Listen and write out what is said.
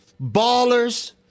ballers